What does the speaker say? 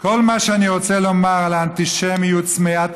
כל מה שאני רוצה לומר לאנטישמיות צמאת